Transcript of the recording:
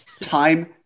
Time